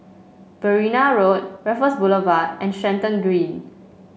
Berrima Road Raffles Boulevard and Stratton Green